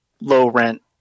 low-rent